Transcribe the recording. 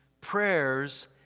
prayers